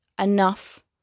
enough